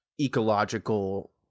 ecological